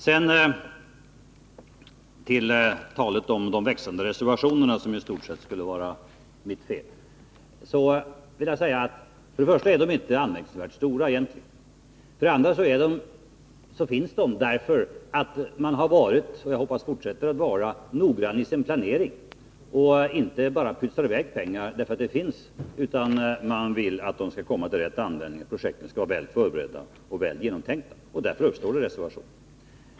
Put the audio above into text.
Sedan till talet om de växande reservationerna, som i stort sett skulle vara mitt fel. För det första är de egentligen inte anmärkningsvärt stora. För det andra finns de därför att man har varit — och, hoppas jag, fortsätter att vara — noggrann i sin planering och inte bara pytsar i väg pengar därför att de finns utan vill att de skall komma till rätt användning. Projekten skall vara väl förberedda och väl genomtänkta. Därför uppstår reservationer.